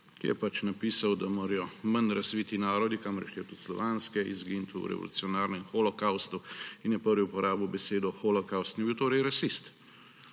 ki je pač napisal, da morajo manj razviti narodi, kamor je štel tudi slovanske, izginiti v revolucionarnem holokavstu; in je prvi uporabil besedo holokavst. On je bil torej rasist.